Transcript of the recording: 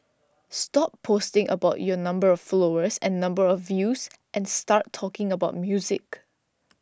stop posting about your number of followers and number of views and start talking about music